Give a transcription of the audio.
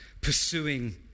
pursuing